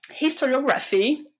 historiography